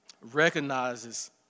recognizes